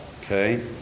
okay